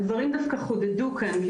הדברים דווקא חודדו כאן.